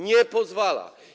Nie pozwala.